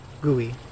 gooey